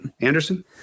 Anderson